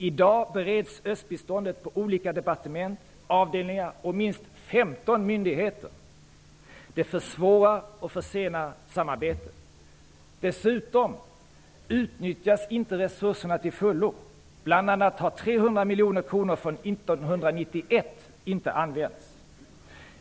I dag bereds östbiståndet på olika departement, avdelningar och minst 15 myndigheter. Det försvårar och försenar samarbetet. Dessutom utnyttjas inte resurserna till fullo. Bl.a. har 300 miljoner kronor från 1991 inte använts.